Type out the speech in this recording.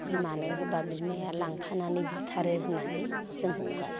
बिमानो होब्ला बिमाया लांफानानै बुथारो होननानै जों हगारा